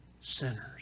sinners